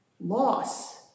loss